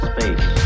Space